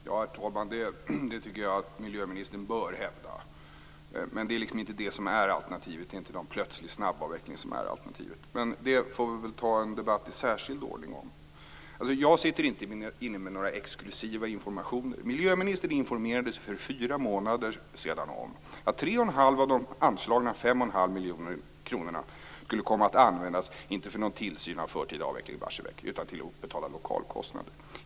Herr talman! Detta tycker jag att miljöministern bör hävda. Men det är liksom inte det som är alternativet, det är inte någon plötslig snabbavveckling som är alternativet. Men det får vi väl föra en debatt i särskild ordning om. Jag sitter inte inne med några exklusiva informationer. Miljöministern informerades för fyra månader sedan om att 3,5 av de anslagna 5,5 miljonerna skulle komma att användas inte för någon tillsyn av förtida avveckling i Barsebäck utan till att betala lokalkostnader.